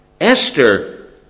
Esther